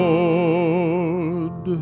Lord